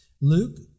Luke